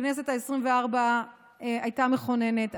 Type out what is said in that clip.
הכנסת העשרים-וארבע הייתה מכוננת.